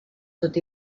tot